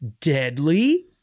deadly